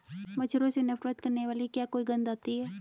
मच्छरों से नफरत करने वाली क्या कोई गंध आती है?